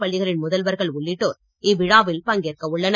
பள்ளிகளின் முதல்வர்கள் உள்ளிட்டோர் இவ்விழாவில் பங்கேற்க உள்ளனர்